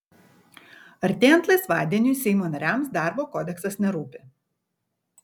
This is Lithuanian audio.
artėjant laisvadieniui seimo nariams darbo kodeksas nerūpi